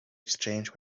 exchange